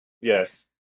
yes